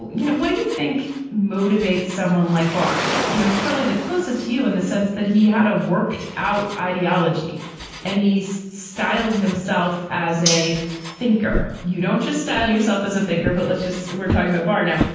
you know, what do you think motivates someone like barr? you know, he's probably the closest to you in the sense that he had a worked out ideology and he's styled himself as a thinker. you don't just style yourself as a thinker, but let's just we're talking about barr now.